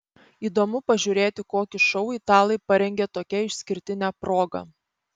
įdomu pažiūrėti kokį šou italai parengė tokia išskirtine proga